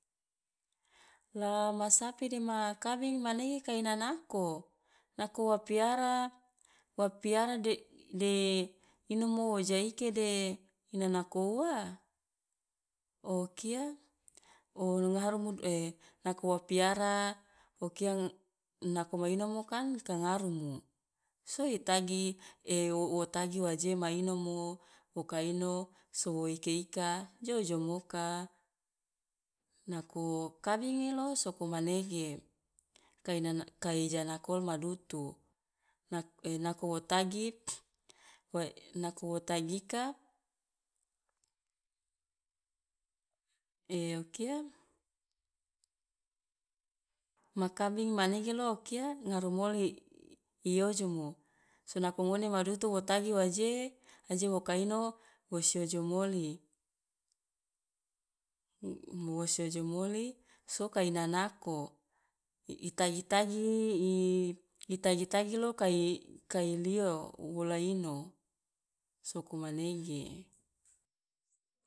La ma sapi dema kabing manege kai i nanako, nako wa piara wa piara de de inomo wa jaike de ina nako ua? O kia o lo ngarumu nako wa piara o kia nako ma inomo kan ka ngarumu so i tagi wo wo tagi waje ma inomo, wo ka ino so ika- ika jo jomoka, nako kabingi lo soko manege kai ina na kai janakol madutu, nak nako wo tagi wa nako wo tagi ika o kia ma kabing manege lo kia ngarum oli i ojomo, so nako ngone madutu wo tagi waje aje wo ka ino wosi ojom oli, wosi ojom oli so ka ina nako, i tagi tagi i tagi tagi lo kai kai lio wola ino, soko manege.